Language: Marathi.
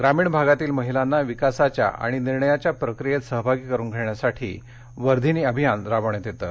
ग्रामीण भागातील महिलांना विकासाच्या आणि निर्णयाच्या प्रक्रियेत सहभागी करुन घेण्यासाठी वर्धिनी अभियान राबवण्यात येतं